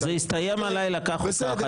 זה יסתיים הלילה כך או כך.